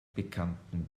bekannten